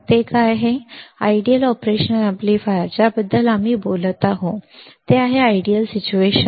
ते काय आहे आदर्श ऑपरेशनल अॅम्प्लीफायर्स ज्याबद्दल आम्ही बोलत आहोत ते आहे आयडियल सिच्युएशन